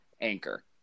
Anchor